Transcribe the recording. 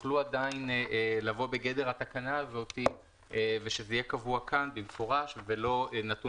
יוכלו גם הם לבוא בגדר התקנה הזאת ושזה יהיה קבוע כאן במפורש ולא נתון